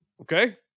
Okay